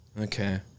Okay